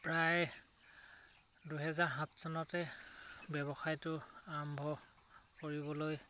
প্ৰায় দুহেজাৰ সাত চনতে ব্যৱসায়টো আৰম্ভ কৰিবলৈ